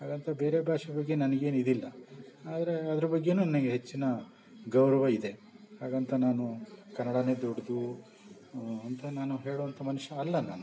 ಹಾಗಂತ ಬೇರೆ ಭಾಷೆ ಬಗ್ಗೆ ನನ್ಗೇನು ಇದಿಲ್ಲ ಆದರೆ ಅದ್ರ ಬಗ್ಗೇನು ನನಗೆ ಹೆಚ್ಚಿನ ಗೌರವ ಇದೆ ಹಾಗಂತ ನಾನು ಕನ್ನಡಾನೇ ದೊಡ್ಡದು ಅಂತ ನಾನು ಹೇಳೋವಂಥ ಮನುಷ್ಯ ಅಲ್ಲ ನಾನು